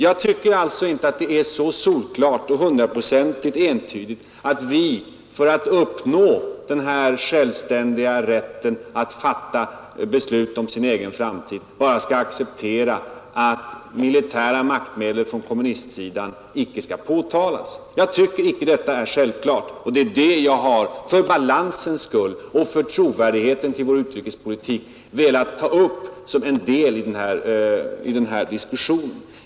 Jag tycker inte att det är så solklart och hundraprocentigt entydigt att vi, för att uppnå rätten för det vietnamesiska folket att fatta beslut om sin egen framtid, bara skall acceptera att militära maktmedel från kommunistsidan icke skall påtalas. Det är det jag för balansens skull och för trovärdigheten hos vår utrikespolitik velat ta upp som en del i denna diskussion.